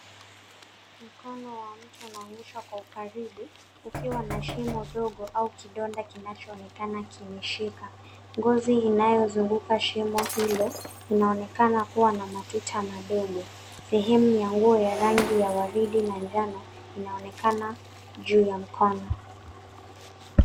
Mkono wa mtu unaonyeshwa kwa ukaribu, ukiwa na shimo ndogo, au kidonda kinachoonekana kimeshika. Ngozi inayozunguka shimo hilo, inaonekana kua na matuta madogo. Sehemu ya nguo ya rangi ya waridi na njano, inaonekana juu ya mkono.